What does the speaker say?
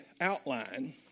outline